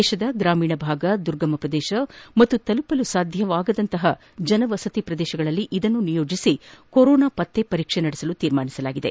ದೇಶದ ಗ್ರಾಮೀಣ ಭಾಗ ದುರ್ಗಮ ಪ್ರದೇಶ ಹಾಗೂ ತಲುಪಲು ಸಾಧ್ಯವಾಗದ ಜನವಸತಿ ಪ್ರದೇಶಗಳಲ್ಲಿ ಇದನ್ನು ನಿಯೋಜಿಸಿ ಕೊರೋನಾ ಸೋಂಕು ಪತ್ತೆ ಪರೀಕ್ಷೆ ನಡೆಸಲು ತೀರ್ಮಾನಿಸಲಾಗಿದೆ